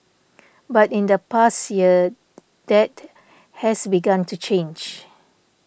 but in the past year that has begun to change